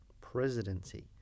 presidency